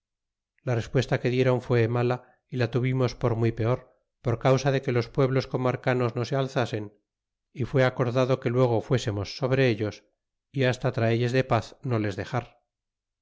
la respuesta que diéron fué mala y la tuvimos por muy peor por causa de que los pueblos comarcanos no se alzasen y fué acordado que luego fuesemos sobre ellos y hasta tulles de paz no les dexar